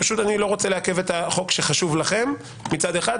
פשוט אני לא רוצה לעכב את החוק שחשוב לכם מצד אחד,